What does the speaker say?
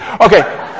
Okay